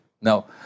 No